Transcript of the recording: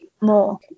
more